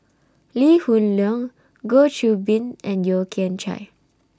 Lee Hoon Leong Goh Qiu Bin and Yeo Kian Chye